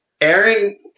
Aaron